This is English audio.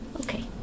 Okay